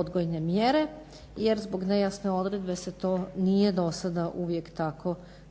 odgojne mjere jer zbog nejasne odredbe se to nije dosada uvijek